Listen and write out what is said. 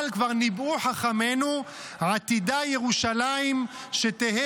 אבל כבר ניבאו חכמינו: "עתידה ירושלים שתהא